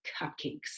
cupcakes